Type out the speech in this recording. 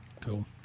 cool